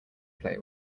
play